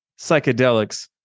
psychedelics